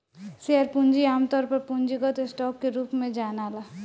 share पूंजी आमतौर पर पूंजीगत स्टॉक के रूप में जनाला